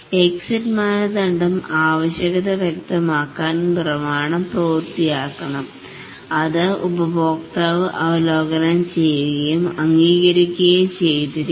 exit മാനദണ്ഡം ആവശ്യകത വ്യക്തമാക്കാൻ പ്രമാണം പൂർത്തിയാക്കിയിരിക്കണം അത് ഉപഭോക്താവ് അവലോകനം ചെയ്യുകയും അംഗീകരിക്കുകയും ചെയ്തിരിക്കണം